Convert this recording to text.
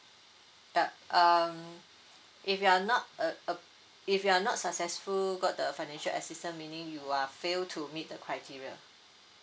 yup um if you are not uh up if you're not successful got the financial assistance meaning you are failed to meet the criteria